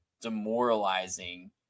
demoralizing